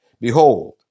behold